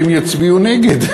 אמרו שהם יצביעו נגד.